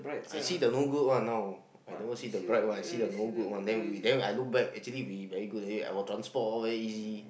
I see the no good one now I never see the bright one I see the no good one then we then I look back actually we very good already our transport all very easy